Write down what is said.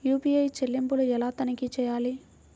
UPI చెల్లింపులు ఎలా తనిఖీ చేయాలి?